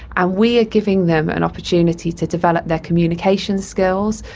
ah we are giving them an opportunity to develop their communication skills,